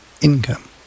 income